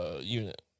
unit